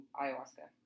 ayahuasca